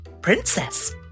princess